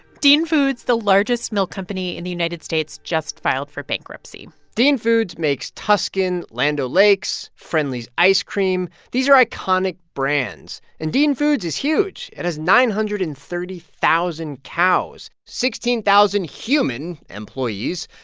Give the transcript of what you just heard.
dean foods, the largest milk company in the united states, just filed for bankruptcy dean foods makes tuscan, land o'lakes, friendly's ice cream. these are iconic brands, and dean foods is huge. it has nine hundred and thirty thousand cows, sixteen thousand human employees,